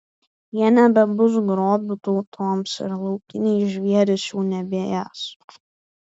jie nebebus grobiu tautoms ir laukiniai žvėrys jų nebeės